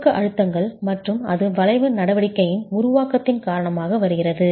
சுருக்க அழுத்தங்கள் மற்றும் அது வளைவு நடவடிக்கையின் உருவாக்கத்தின் காரணமாக வருகிறது